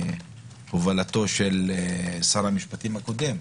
בהובלתו של שר המשפטים הקודם